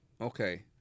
okay